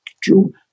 true